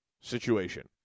situation